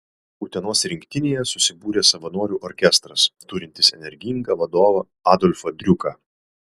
utenos rinktinėje susibūrė savanorių orkestras turintis energingą vadovą adolfą driuką